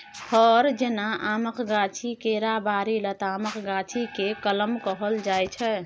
फर जेना आमक गाछी, केराबारी, लतामक गाछी केँ कलम कहल जाइ छै